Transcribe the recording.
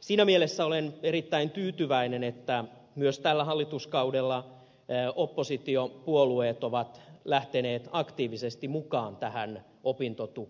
siinä mielessä olen erittäin tyytyväinen että myös tällä hallituskaudella oppositiopuolueet ovat lähteneet aktiivisesti mukaan tähän opintotuen